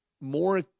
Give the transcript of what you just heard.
more